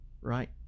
right